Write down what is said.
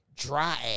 dry